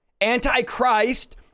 anti-christ